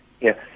Yes